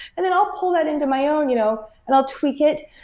and then i'll pull that into my own you know and i'll tweak it.